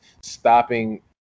stopping